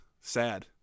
Sad